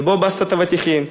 ובו בסטת אבטיחים,